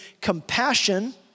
compassion